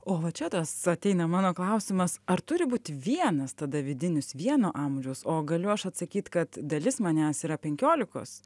o va čia tas ateina mano klausimas ar turi būti vienas tada vidinis vieno amžiaus o galiu aš atsakyt kad dalis manęs yra penkiolikos